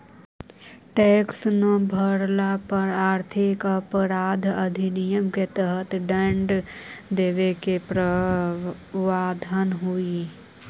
tax न भरला पर आर्थिक अपराध अधिनियम के तहत दंड देवे के प्रावधान हई